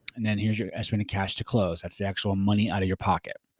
and then here's your estimated cash to close. that's the actual money out of your pocket.